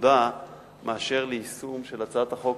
מדודה מאשר ליישום של הצעת החוק